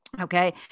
Okay